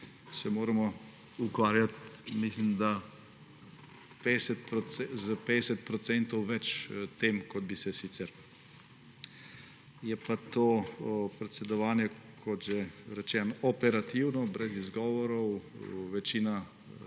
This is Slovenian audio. se moramo ukvarjati, mislim da s 50 % več tem, kot bi se sicer. Je pa to predsedovanje, kot že rečeno, operativno, brez izgovorov, večina srečanj